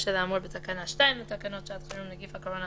בשל האמור בתקנה 2 לתקנות שעת חירום (נגיף הקורונה